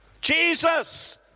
Jesus